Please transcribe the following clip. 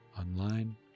online